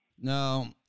Now